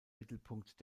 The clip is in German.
mittelpunkt